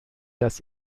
das